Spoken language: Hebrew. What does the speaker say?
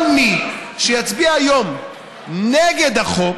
וכל מי שיצביע היום נגד החוק